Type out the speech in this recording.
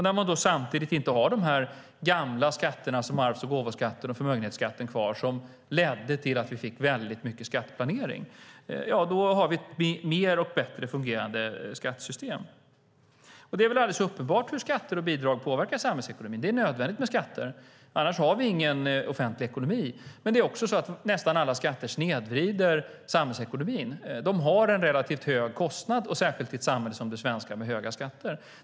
När vi samtidigt inte har de gamla skatterna arvs och gåvoskatt och förmögenhetsskatt, som ledde till mycket skatteplanering, har vi bättre fungerande skattesystem. Det är uppenbart hur skatter och bidrag påverkar samhällsekonomin. Det är nödvändigt med skatter; annars har vi ingen offentlig ekonomi. Men nästan alla skatter snedvrider samhällsekonomin. De ger en relativt hög kostnad, särskilt i ett samhälle som det svenska med höga skatter.